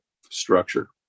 structure